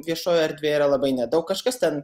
viešoje erdvėje yra labai nedaug kažkas ten